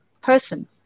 person